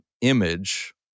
image